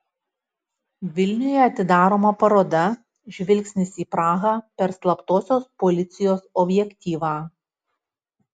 vilniuje atidaroma paroda žvilgsnis į prahą per slaptosios policijos objektyvą